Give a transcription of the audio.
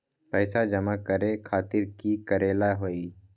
पैसा जमा करे खातीर की करेला होई?